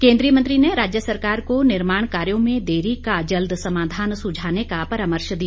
केंद्रीय मंत्री ने राज्य सरकार को निर्माण कार्यो में देरी का जल्द समाधान सुझाने का परामर्श दिया